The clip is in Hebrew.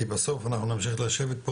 כי בסוף אנחנו נמשיך לשבת פה,